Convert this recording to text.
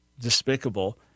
despicable